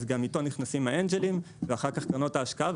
אז גם איתו נכנסים האנג'לים ואחר כך קרנות ההשקעה.